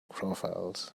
profiles